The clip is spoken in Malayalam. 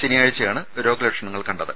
ശനിയാഴ്ചയാണ് രോഗലക്ഷണങ്ങൾ കണ്ടത്